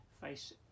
face